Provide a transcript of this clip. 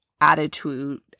attitude